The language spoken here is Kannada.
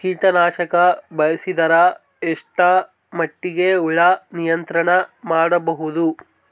ಕೀಟನಾಶಕ ಬಳಸಿದರ ಎಷ್ಟ ಮಟ್ಟಿಗೆ ಹುಳ ನಿಯಂತ್ರಣ ಮಾಡಬಹುದು?